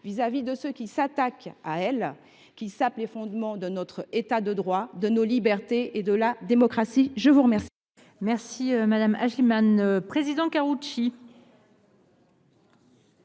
vis à vis de ceux qui s’attaquent à elle, qui sapent les fondements de notre État de droit, de nos libertés et de la démocratie. L’amendement